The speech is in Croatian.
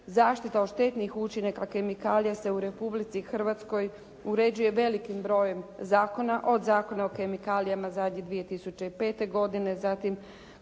Zaštita od štetnih učinaka od kemikalija se u Republici Hrvatskoj uređuje velikim brojem zakona od Zakona o kemikalijama zadnjih 2005. godine.